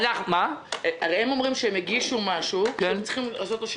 עליהם אומרים שהם הגישו משהו והם צריכים לעשות לו שימוע.